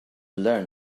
learn